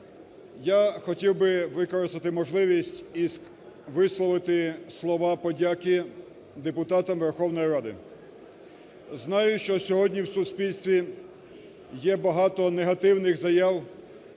Я хотів би використати можливість і висловити слова подяки депутатам Верховної Ради. Знаю, що сьогодні в суспільстві є багато негативних заяв